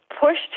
pushed